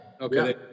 Okay